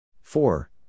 Four